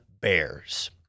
Bears